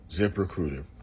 ZipRecruiter